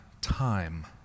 time